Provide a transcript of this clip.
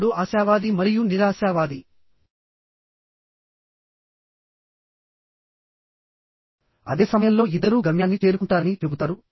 ఇప్పుడు ఆశావాది మరియు నిరాశావాది అదే సమయంలో ఇద్దరూ గమ్యాన్ని చేరుకుంటారని చెబుతారు